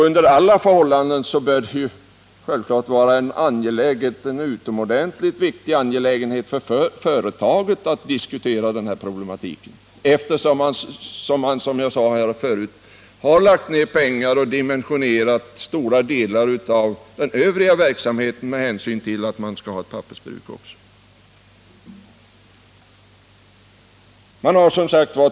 Under alla förhållanden bör det var en utomordentligt viktig angelägenhet för företaget att diskutera den här problematiken eftersom man, som jag sade förut, har dimensionerat stora delar av den övriga verksamheten med hänsyn till att man skall ha ett pappersbruk.